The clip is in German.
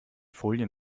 folien